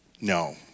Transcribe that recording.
no